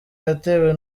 yatewe